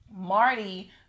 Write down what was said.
Marty